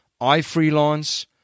iFreelance